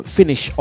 finish